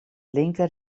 linker